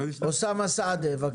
אוסאמה סעדי, בבקשה.